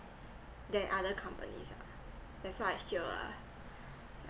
that other companies ah that's why I share ah